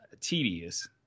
tedious